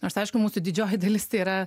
nors aišku mūsų didžioji dalis tai yra